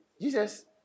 Jesus